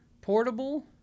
portable